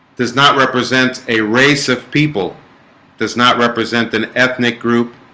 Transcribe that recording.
does not represent a race of people does not represent an ethnic group